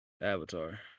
Avatar